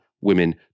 women